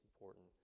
important